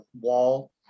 wall